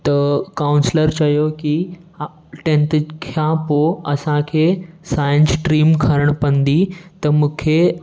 त काउंसलर चयो की हा टेंथ खां पोइ असांखे साइंस स्ट्रीम खणणु पवंदी त मूंखे